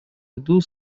ряду